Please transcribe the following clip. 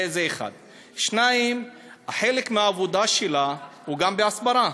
זה, 1. 2. חלק מהעבודה שלה זה גם בהסברה,